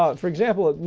ah for example,